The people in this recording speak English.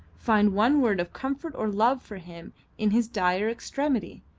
find one word of comfort or love for him in his dire extremity.